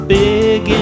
big